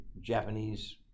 Japanese